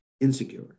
insecure